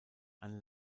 eine